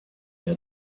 that